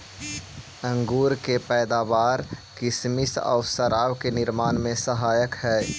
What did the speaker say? अंगूर के पैदावार किसमिस आउ शराब निर्माण में सहायक हइ